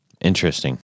Interesting